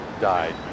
died